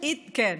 כן.